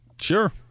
Sure